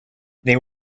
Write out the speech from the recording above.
they